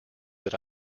that